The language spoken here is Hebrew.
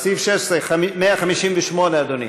לסעיף 16, 158, אדוני?